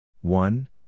One